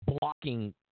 blocking